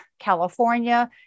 California